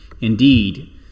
Indeed